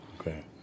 Okay